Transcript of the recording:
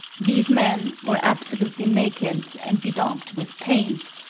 these men were absolutely naked and bedaubed with paint,